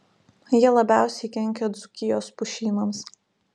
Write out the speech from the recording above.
jie labiausiai kenkia dzūkijos pušynams